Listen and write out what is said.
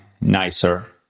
nicer